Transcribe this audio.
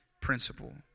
principle